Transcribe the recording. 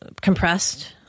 compressed